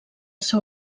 seu